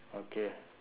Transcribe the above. okay